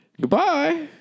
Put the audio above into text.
Goodbye